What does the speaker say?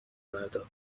مردا